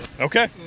Okay